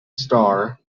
star